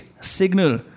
Signal